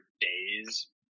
days